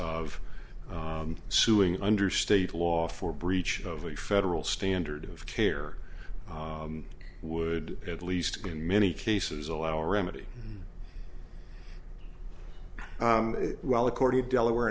of suing under state law for breach of a federal standard of care would at least in many cases allow remedy well according to delaware